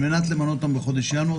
על מנת למנות אותם בחודש ינואר,